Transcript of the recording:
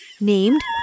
named